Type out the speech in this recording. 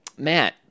Matt